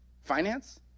finance